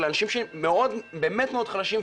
ולאנשים שבאמת מאוד חלשים,